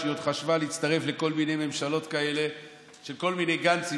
כשהיא עוד חשבה להצטרף לכל מיני ממשלות כאלה של כל מיני גנצים,